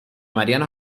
mariano